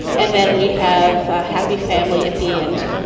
and then we have a happy family at the end,